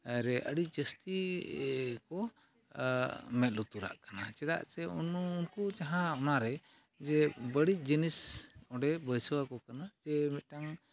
ᱨᱮ ᱟᱹᱰᱤ ᱡᱟᱹᱥᱛᱤ ᱠᱚ ᱢᱮᱸᱫ ᱞᱩᱛᱩᱨᱟᱜ ᱠᱟᱱᱟ ᱪᱮᱫᱟᱜ ᱥᱮ ᱩᱱᱠᱩ ᱡᱟᱦᱟᱸ ᱚᱱᱟᱨᱮ ᱡᱮ ᱵᱟᱹᱲᱤᱡ ᱡᱤᱱᱤᱥ ᱚᱸᱰᱮ ᱵᱟᱹᱭᱥᱟᱹᱣᱟᱠᱚ ᱠᱟᱱᱟ ᱡᱮ ᱢᱤᱫᱴᱟᱝ